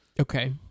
Okay